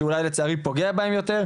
שאולי לצערי פוגע בהם יותר,